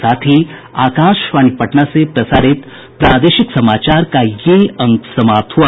इसके साथ ही आकाशवाणी पटना से प्रसारित प्रादेशिक समाचार का ये अंक समाप्त हुआ